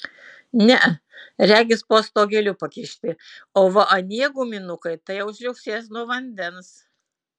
ne regis po stogeliu pakišti o va anie guminukai tai jau žliugsės nuo vandens